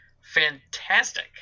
fantastic